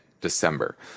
December